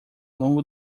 longo